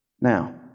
now